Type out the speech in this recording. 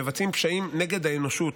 שמבצעים פשעים נגד האנושות.